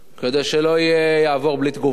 כדי שלא יעבור בלי תגובה.